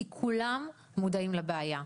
כי כולם מודעים לבעיה.